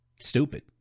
stupid